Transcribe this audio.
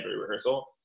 rehearsal